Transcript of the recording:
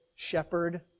Shepherd